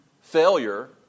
failure